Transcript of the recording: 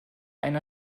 einer